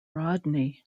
rodney